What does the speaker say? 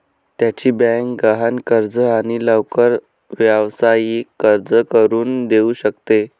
त्याची बँक गहाण कर्ज आणि लवकर व्यावसायिक कर्ज करून देऊ शकते